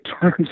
turns